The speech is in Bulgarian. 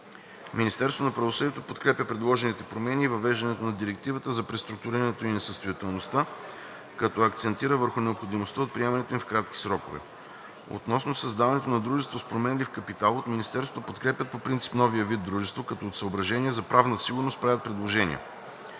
Министерството на правосъдието подкрепя предложените промени и въвеждането на Директивата за преструктурирането и несъстоятелността, като акцентира върху необходимостта от приемането им в кратки срокове. Относно създаването на дружество с променлив капитал от Министерството подкрепят по принцип новия вид дружество, като от съображения за правна сигурност правят предложения.